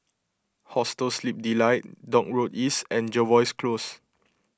Hostel Sleep Delight Dock Road East and Jervois Close